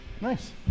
Nice